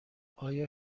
آیا